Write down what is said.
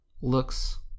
looks